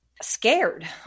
scared